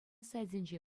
сайтӗнче